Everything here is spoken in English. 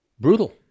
Brutal